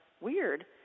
weird